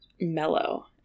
mellow